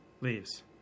leaves